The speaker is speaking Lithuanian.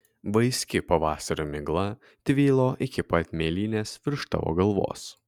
vaiski pavasario migla tvylo iki pat mėlynės virš tavo galvos